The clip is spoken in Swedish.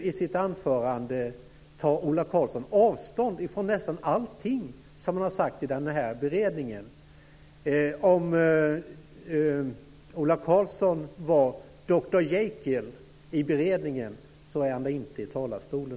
I sitt anförande nu tar Ola Karlsson avstånd från nästan allting som han har sagt i denna beredning. Om Ola Karlsson var dr Jekyll i beredningen, så är han det inte i talarstolen.